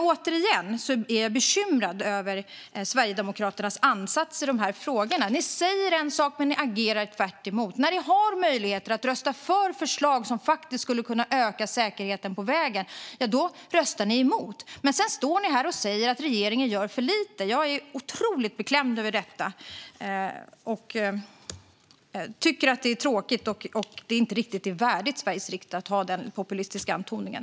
Återigen: Jag är bekymrad över Sverigedemokraternas ansats i de här frågorna. Ni säger en sak, men ni agerar tvärtemot. När ni har möjligheter att rösta för förslag som faktiskt skulle kunna öka säkerheten på vägen röstar ni emot. Och sedan står ni här och säger att regeringen gör för lite. Jag är otroligt beklämd över detta. Jag tycker att det är tråkigt och inte riktigt värdigt ett parti i Sveriges riksdag att ha den populistiska framtoningen.